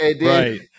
right